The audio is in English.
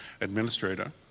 administrator